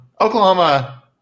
Oklahoma